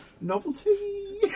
novelty